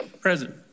Present